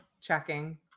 checking